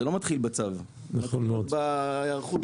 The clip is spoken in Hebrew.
זה לא מתחיל בצו אלא מתחיל בהיערכות,